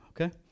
okay